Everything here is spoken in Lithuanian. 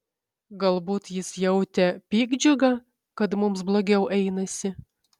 galbūt jis jautė piktdžiugą kad mums blogiau einasi